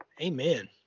Amen